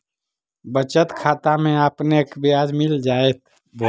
बचत खाता में आपने के ब्याज मिल जाएत